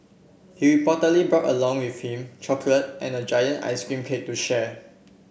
he reportedly brought along with him chocolate and a giant ice cream cake to share